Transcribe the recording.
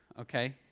okay